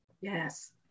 Yes